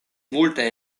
multaj